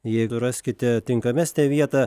jeigu raskite tinkamesnę vietą